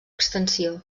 extensió